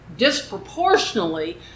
disproportionately